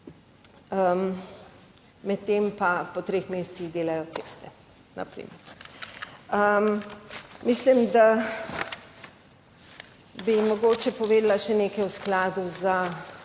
Medtem pa po treh mesecih delajo ceste, na primer. Mislim, da bi mogoče povedala še nekaj o skladu za